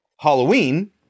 Halloween